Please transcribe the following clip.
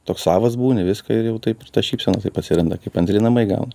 toks savas būni viską ir jau taip ir ta šypsena taip atsiranda kaip antri namai gaunas